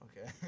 Okay